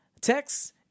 text